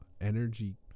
energy